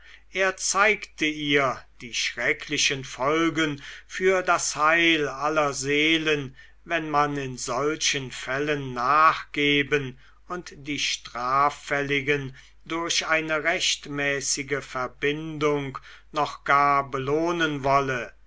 er zeigte ihr die schrecklichen folgen für das heil aller seelen wenn man in solchen fällen nachgeben und die straffälligen durch eine rechtmäßige verbindung noch gar belohnen wolle